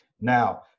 Now